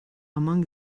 among